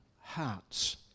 hearts